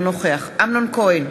אינו נוכח אמנון כהן,